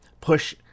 push